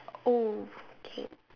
oh okay